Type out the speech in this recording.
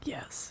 Yes